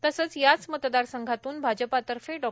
तसंच याच मतदारसंघातून भाजपतर्फे डॉ